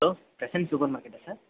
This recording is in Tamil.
ஹலோ க்ரஸண்ட் சூப்பர் மார்க்கெட்டா சார்